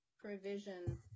provision